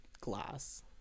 glass